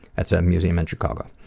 that's a museum in chicago.